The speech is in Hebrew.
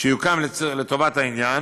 שיוקם לטובת העניין